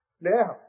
Now